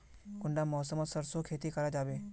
कुंडा मौसम मोत सरसों खेती करा जाबे?